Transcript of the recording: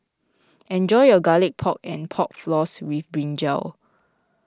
enjoy your Garlic Pork and Pork Floss with Brinjal